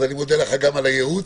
ואני מודה לך גם על הייעוץ.